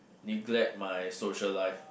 neglect my social life